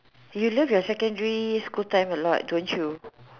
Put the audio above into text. you love your secondary school time a lot don't you